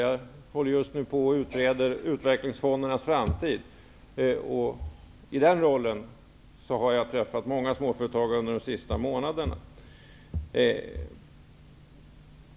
Jag håller just nu på att utreda utvecklingsfondernas framtid, och i den rollen har jag träffat många småföretagare under de senaste månaderna.